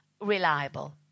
Reliable